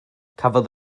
cafodd